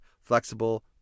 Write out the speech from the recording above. flexible